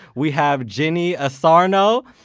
we have jenny asarnow.